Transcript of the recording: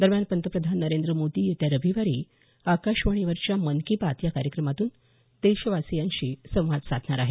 दरम्यान पंतप्रधान नरेंद्र मोदी येत्या रविवारी आकाशवाणीवरच्या मन की बात या कार्यक्रमातून देशवासियांशी संवाद साधणार आहेत